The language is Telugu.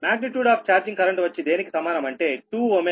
మాగ్నిట్యూడ్ ఆఫ్ చార్జింగ్ కరెంట్ వచ్చి దేనికి సమానం అంటే 2ω 2πf2